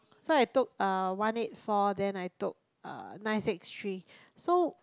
so I took uh one eight four then I took uh nine six three so